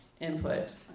input